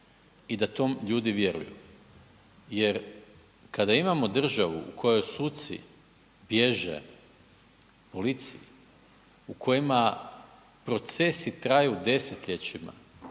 i da to ljudi vjeruju. Jer kada imamo državu u kojoj suci bježe policiji, u kojima procesi traju desetljećima